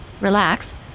relax